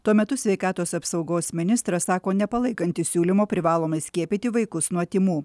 tuo metu sveikatos apsaugos ministras sako nepalaikantis siūlymo privalomai skiepyti vaikus nuo tymų